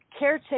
caretake